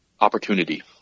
opportunity